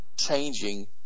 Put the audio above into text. changing